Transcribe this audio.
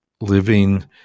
living